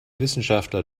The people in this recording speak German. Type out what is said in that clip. wissenschaftler